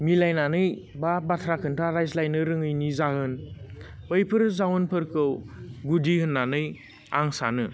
मिलायनानै बा बाथ्रा खोन्था रायज्लायनो रोङैनि जाहोन बैफोर जाउनफोरखौ गुदि होन्नानै आं सानो